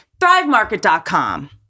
Thrivemarket.com